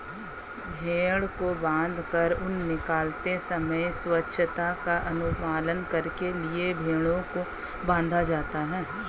भेंड़ को बाँधकर ऊन निकालते समय स्वच्छता का अनुपालन करने के लिए भेंड़ों को बाँधा जाता है